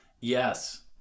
Yes